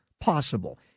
possible